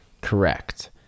correct